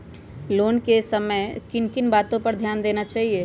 Loan लेने के समय किन किन वातो पर ध्यान देना चाहिए?